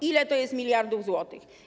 Ile to jest miliardów złotych?